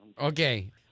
Okay